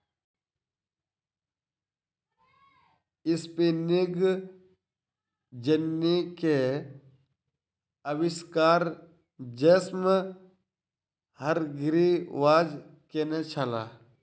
spinning jenny के आविष्कार James Hargreaves केने छला